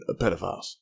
pedophiles